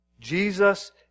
Jesus